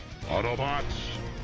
Autobots